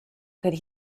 could